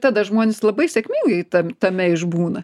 tada žmonės labai sėkmingai tam tame išbūna